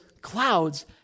clouds